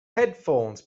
headphones